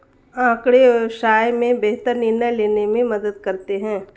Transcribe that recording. आँकड़े व्यवसाय में बेहतर निर्णय लेने में मदद करते हैं